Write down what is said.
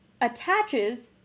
attaches